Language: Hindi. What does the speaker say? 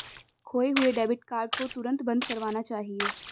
खोये हुए डेबिट कार्ड को तुरंत बंद करवाना चाहिए